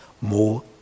more